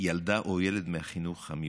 ילדה או ילד מהחינוך המיוחד,